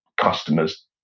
customers